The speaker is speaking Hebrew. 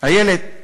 איילת?